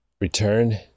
return